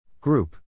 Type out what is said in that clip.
Group